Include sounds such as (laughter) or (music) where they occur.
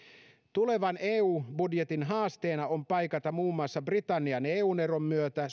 tulevan eu budjetin haasteena on paikata muun muassa britannian eu eron myötä (unintelligible)